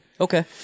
okay